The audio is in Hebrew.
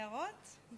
הערות?